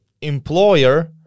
employer